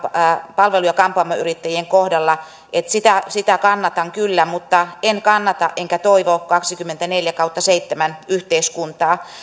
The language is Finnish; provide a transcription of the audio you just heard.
palvelu ja kampaamoyrittäjien kohdalla sitä sitä kannatan kyllä mutta en kannata enkä toivo kaksikymmentäneljä kautta seitsemän yhteiskuntaa